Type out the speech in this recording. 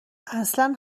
اصلن